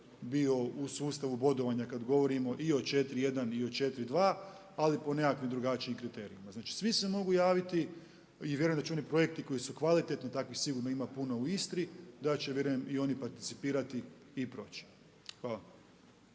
bio u sustavu bodovanja kad govorimo i o 4.1. i o 4.2. ali po nekakvim drugačijim kriterijima. Znači, svi se mogu javiti i vjerujem da će oni projekti koji su kvalitetni, takvih sigurno ima puno u istri, da će vjerujem i oni participirati i proći.